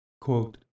quote